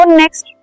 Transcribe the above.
next